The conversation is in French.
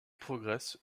progressent